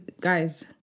Guys